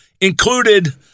Included